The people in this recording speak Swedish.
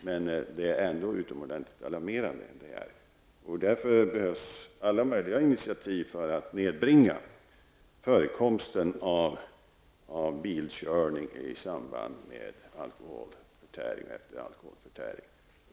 Men det är ändå utomordentligt alarmerande. Det behövs alla möjliga initiativ för att nedbringa förekomsten av bilkörning i samband med alkoholförtäring.